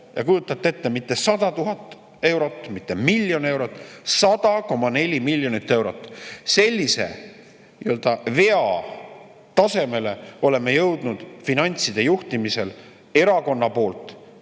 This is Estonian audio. ja kujutate ette, mitte 100 000 eurot, mitte miljon eurot – 100,4 miljonit eurot. Sellise vea tasemele oleme jõudnud finantside juhtimisel erakonna poolt,